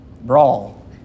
brawl